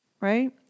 right